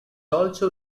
also